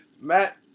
Matt